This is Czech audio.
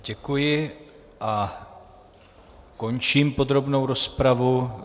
Já děkuji a končím podrobnou rozpravu.